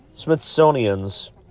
Smithsonian's